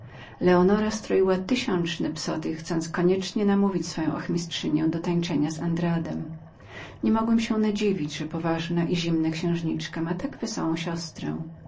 leonora stroiła tysiączne psoty chcąc koniecznie namówić swoją ochmistrzynię do tańcowania z andradem niemogłem dość wydziwić się myśląc że poważna i zimna księżniczka ma tak wesołą siostrę